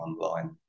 online